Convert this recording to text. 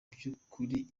by’ukuri